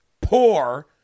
poor